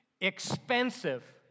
expensive